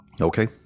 Okay